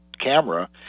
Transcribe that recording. camera